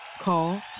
Call